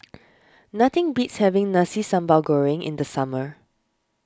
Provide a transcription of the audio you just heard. nothing beats having Nasi Sambal Goreng in the summer